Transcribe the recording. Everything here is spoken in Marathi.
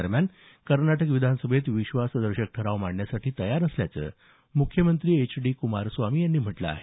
दरम्यान कर्नाटक विधानसभेत विश्वासदर्शक ठराव मांडण्यासाठी तयार असल्याचं मुख्यमंत्री एच डी क्मारस्वामी यांनी म्हटलं आहे